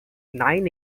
nine